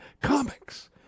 comics